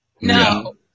No